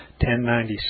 1096